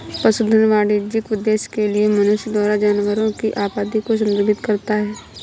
पशुधन वाणिज्यिक उद्देश्य के लिए मनुष्यों द्वारा जानवरों की आबादी को संदर्भित करता है